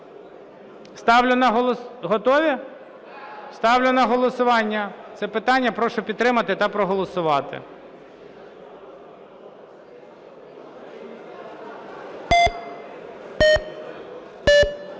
Ставлю на голосування це питання. Прошу підтримати та проголосувати.